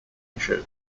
issue